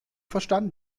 verstanden